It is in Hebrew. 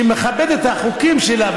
שמכבדת את החוקים שלה,